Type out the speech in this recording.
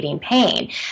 pain